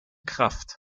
kraft